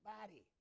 body